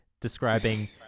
describing